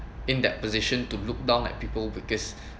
in that position to look down like people because